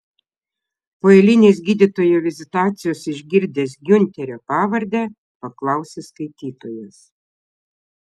po eilinės gydytojo vizitacijos išgirdęs giunterio pavardę paklausė skaitytojas